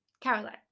Caroline